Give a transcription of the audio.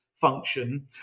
function